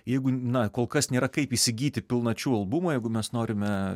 jeigu na kol kas nėra kaip įsigyti pilnačių albumą jeigu mes norime